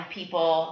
people